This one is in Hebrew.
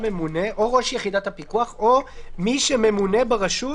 או ממונה או ראש יחידת הפיקוח, או מי שממונה ברשות